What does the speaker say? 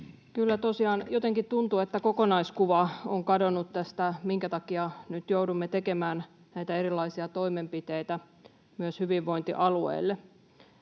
Kyllä tosiaan jotenkin tuntuu, että kokonaiskuva on kadonnut tästä, minkä takia nyt joudumme tekemään näitä erilaisia toimenpiteitä myös hyvinvointialueille.